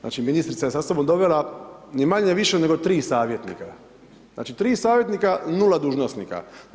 znači ministrica je sa sobom dovela ni manje ni više nego tri savjetnika, znači tri savjetnika, nula dužnosnika.